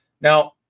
Now